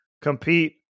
compete